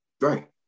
Right